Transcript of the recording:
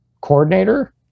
coordinator